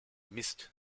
mist